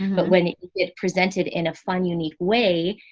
but when you get presented in a fun, unique way,